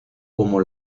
como